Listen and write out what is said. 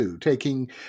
taking